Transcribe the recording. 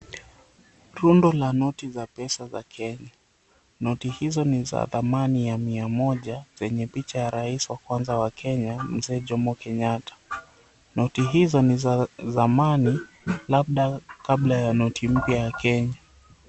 Rundo la noti za pesa za Kenya. Noti hizo ni za dhamani ya mia moja zenye picha ya rais wa kwanza wa Kenya, Mzee Jomo Kenyatta. Noti hizo ni za zamani labda kabla ya noti mpya ya Kenya.